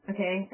Okay